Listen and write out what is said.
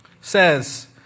says